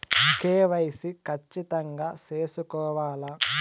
KYC ఖచ్చితంగా సేసుకోవాలా